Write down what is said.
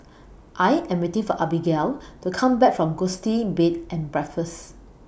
I Am waiting For Abigale to Come Back from Gusti Bed and Breakfast